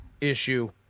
issue